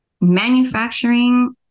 manufacturing